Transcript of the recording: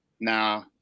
Nah